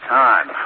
time